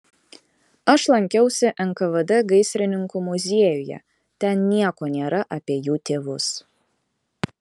aš lankiausi nkvd gaisrininkų muziejuje ten nieko nėra apie jų tėvus